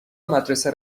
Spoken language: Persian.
مدرسه